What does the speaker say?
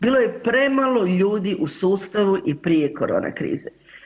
Bilo je premalo ljudi u sustavu i prije korona krize.